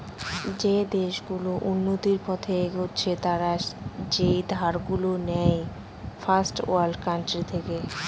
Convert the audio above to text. যে দেশ গুলো উন্নতির পথে এগচ্ছে তারা যেই ধার গুলো নেয় ফার্স্ট ওয়ার্ল্ড কান্ট্রি থেকে